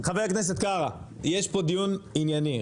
חבר הכנסת קארה, יש פה דיון ענייני.